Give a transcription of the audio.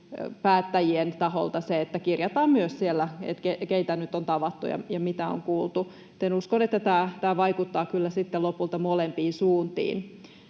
päättäjien taholta se, että kirjataan myös siellä, keitä nyt on tavattu ja mitä on kuultu, joten uskon, että tämä vaikuttaa kyllä sitten lopulta molempiin suuntiin.